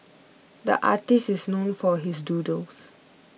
the artist is known for his doodles